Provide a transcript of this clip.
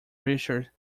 richard